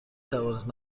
توانست